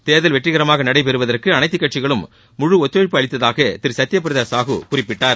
தேர்தல் வெற்றிகரமாக நடைபெறுவதற்கு அனைத்து கட்சிகளும் முழு ஒத்துழைப்பு அளித்ததாக திரு சத்ய பிரதா சாஹூ குறிப்பிட்டார்